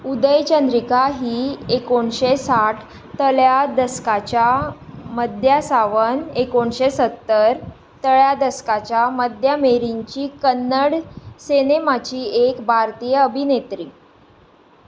उदय चंद्रिका ही एकोणशे साठातल्या दसकाच्या मध्या सावन एकोणशे सत्तरातल्या दसकाच्या मध्य मेरींची कन्नड सिनेमाची एक भारतीय अभिनेत्री